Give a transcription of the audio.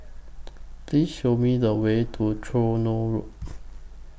Please Show Me The Way to Tronoh Road